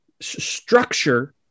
structure